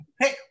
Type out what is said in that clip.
Hey